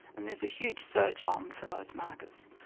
and there's a huge search on for those markers.